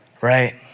right